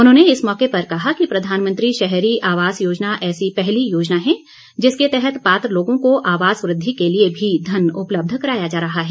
उन्होंने इस मौके पर कहा कि प्रधानमंत्री शहरी आवास योजना ऐसी पहली योजना है जिसके तहत पात्र लोगों को आवास वृद्धि के लिए भी धन उपलब्ध कराया जा रहा है